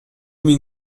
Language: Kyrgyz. миң